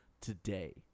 today